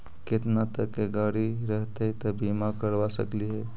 केतना तक के गाड़ी रहतै त बिमा करबा सकली हे?